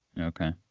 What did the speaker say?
okay